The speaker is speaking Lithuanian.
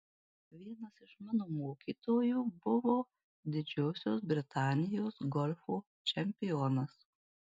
vienas iš mano mokytojų buvo didžiosios britanijos golfo čempionas